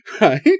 right